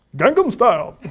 gangnam style.